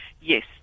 yes